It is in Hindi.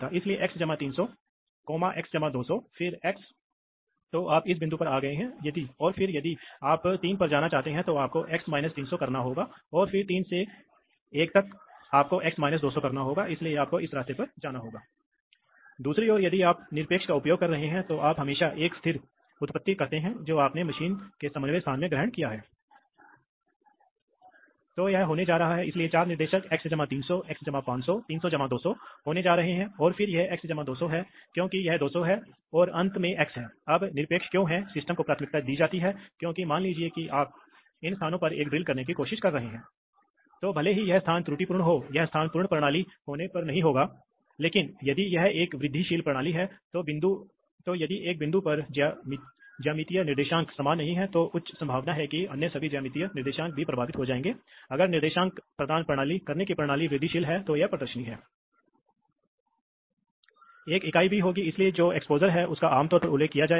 इसलिए यह D से A कनवर्टर के माध्यम से आउटपुट है ये A से D कन्वर्टर्स हैं क्योंकि ये सिग्नल एनालॉग हैं इसलिए उन्हें A से D में परिवर्तित करना होगा यह है हमारे पास बस उदाहरण के लिए हमने दिखाया है का एक प्रकार केवल यह इंगित करने के लिए दिखाया गया है कि डिजिटल का उपयोग करना भी संभव है आइए हम एक माइक्रोप्रोसेसर को आप इन सभी को जानते हैं इसलिए यह माइक्रोप्रोसेसर है यह सीपीयू है और यह मेमोरी है इसलिए माइक्रोप्रोसेसर अंत में एक डिजिटल कमांड देता है जो एक एनालॉग कमांड में बदल जाता है सामान्य तौर पर वास्तव में एक पावर एम्पलीफायर होगा क्योंकि एक माइक्रोप्रोसेसर आमतौर पर एक कॉइल ड्राइव नहीं कर सकता है